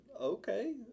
okay